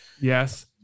Yes